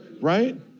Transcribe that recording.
right